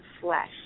flesh